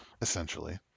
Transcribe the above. Essentially